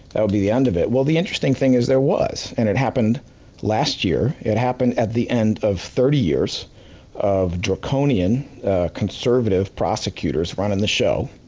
that would be the end of it? well, the interesting thing is there was. and it happened last year, it happened at the end of thirty years of draconian conservative prosecutors running the show.